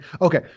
Okay